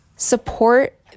Support